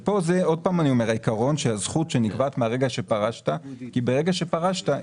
כאן שוב אני אומר שהזכות שנקבעת מהרגע שפרשת כי ברגע שפרשת,